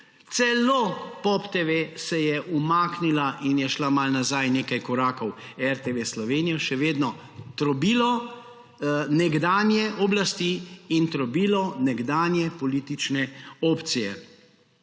Celo POP TV se je umaknila in je šla malo nazaj nekaj korakov. RTV Slovenija je še vedno trobilo nekdanje oblasti in trobilo nekdanje politične opcije.